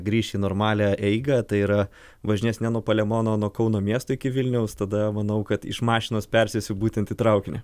grįš į normalią eigą tai yra važinės ne nuo palemono o nuo kauno miesto iki vilniaus tada manau kad iš mašinos persėsiu būtent į traukinį